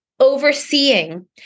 overseeing